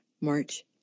March